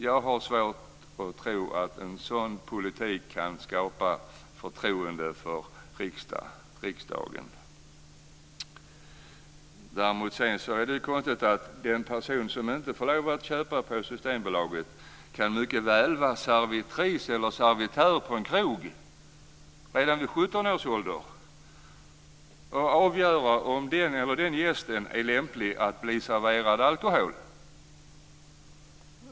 Jag har svårt att tro att en sådan politik kan skapa förtroende för riksdagen. Sedan är det ju konstigt att en person som inte får lov att handla på Systembolaget mycket väl kan vara servitris eller servitör på en krog redan vid 17 års ålder och få avgöra om det är lämpligt att den eller den gästen blir serverad alkohol.